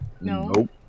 Nope